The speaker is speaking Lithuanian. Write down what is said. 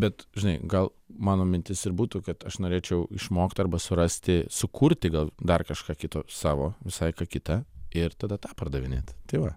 bet žinai gal mano mintis ir būtų kad aš norėčiau išmokt arba surasti sukurti gal dar kažką kito savo visai ką kita ir tada tą pardavinėt tai va